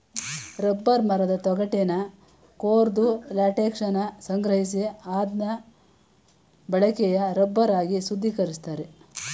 rubber ಮರದ ತೊಗಟೆನ ಕೊರ್ದು ಲ್ಯಾಟೆಕ್ಸನ ಸಂಗ್ರಹಿಸಿ ಅದ್ನ ಬಳಕೆಯ ರಬ್ಬರ್ ಆಗಿ ಶುದ್ಧೀಕರಿಸ್ತಾರೆ